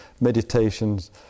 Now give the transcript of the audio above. meditations